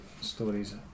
stories